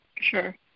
Sure